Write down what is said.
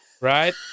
Right